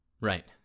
Right